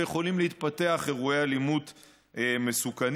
ויכולים להתפתח אירועי אלימות מסוכנים.